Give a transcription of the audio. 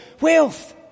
wealth